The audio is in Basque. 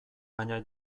baina